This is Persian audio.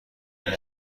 این